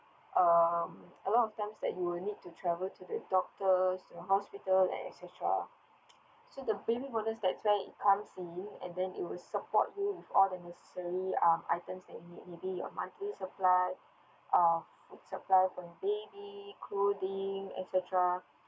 um a lot of times that you will need to travel to the doctors you know hospitals and et cetera so the baby bonus that's where it comes in and then it will support you with all the necessary um items that you need maybe your monthly supply of supply for your baby clothing et cetera